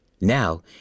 Now